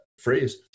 phrase